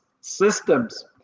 systems